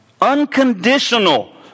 Unconditional